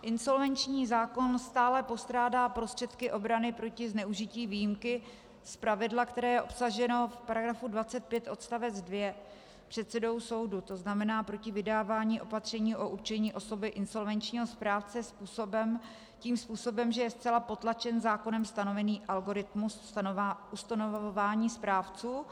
Insolvenční zákon stále postrádá prostředky obrany proti zneužití výjimky, které je obsaženo v § 25 odst. 2, předsedou soudu, to znamená proti vydávání opatření o určení osoby insolvenčního správce tím způsobem, že je zcela potlačen zákonem stanovený algoritmus ustanovování správců.